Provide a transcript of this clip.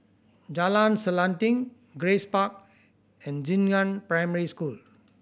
Jalan Selanting Grace Park and Xingnan Primary School